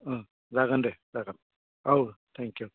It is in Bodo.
जागोन दे जागोन औ थेंक इउ